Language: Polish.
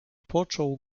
począł